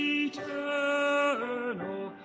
eternal